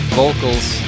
vocals